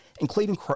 Including